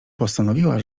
postanowiła